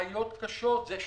בעיות קשות זה שלי,